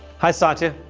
hi, satya.